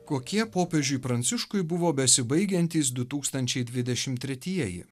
kokie popiežiui pranciškui buvo besibaigiantys du tūkstančiai dvidešimt tretieji